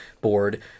board